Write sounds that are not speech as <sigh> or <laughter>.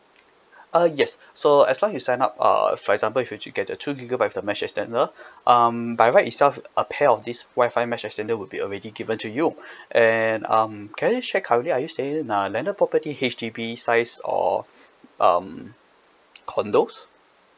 <breath> uh yes <breath> so as long you sign up uh for example if you were to get the two gigabyte with the mesh extender <breath> um by right itself a pair of this Wi-Fi mesh extender would be already given to you <breath> and um can I just check currently are you staying in a land or property H_D_B size or <breath> um condominiums